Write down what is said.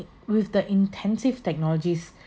with the intensive technologies